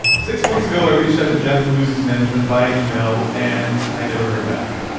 six months ago, i reached out to jack meluzzi's management via email and i never heard back.